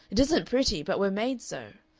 it isn't pretty, but we're made so.